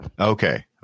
Okay